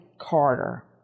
Carter